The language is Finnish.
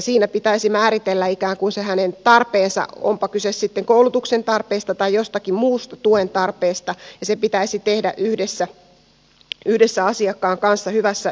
siinä pitäisi määritellä ikään kuin hänen tarpeensa onpa kyse sitten koulutuksen tarpeesta tai jostakin muusta tuen tarpeesta ja se pitäisi tehdä yhdessä asiakkaan kanssa hyvässä yhteistyössä